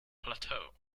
plateau